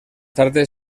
tarde